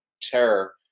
terror